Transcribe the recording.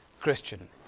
Christian